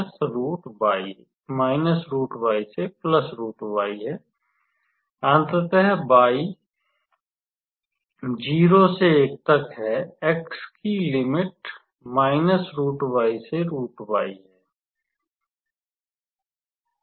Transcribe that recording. अतः y 0 से 1 तक है x की लिमिट से है